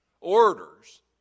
orders